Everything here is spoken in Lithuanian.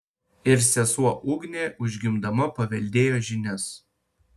ir sesuo ugnė užgimdama paveldėjo žinias